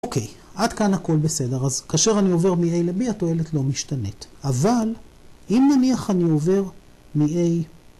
אוקיי עד כאן הכל בסדר אז כאשר אני עובר מ-a ל-b התועלת לא משתנית אבל אם נניח אני עובר מ-a